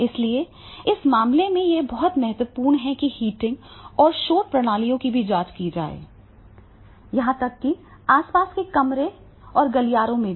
इसलिए इस मामले में यह बहुत महत्वपूर्ण है कि हीटिंग और शोर प्रणालियों की भी जांच की जाए यहां तक कि आस पास के कमरे और गलियारों में भी